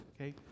okay